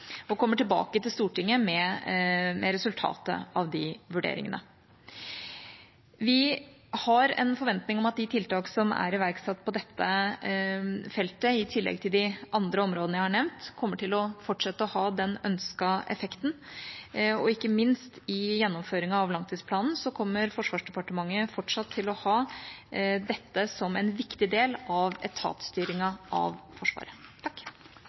og kommer tilbake til Stortinget med resultatet av de vurderingene. Vi har en forventning om at de tiltakene som er iverksatt på dette feltet, i tillegg til de andre områdene jeg har nevnt, kommer til å fortsette å ha den ønskede effekten. Ikke minst i gjennomføringen av langtidsplanen kommer Forsvarsdepartementet fortsatt til å ha dette som en viktig del av etatsstyringen av Forsvaret.